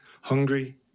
hungry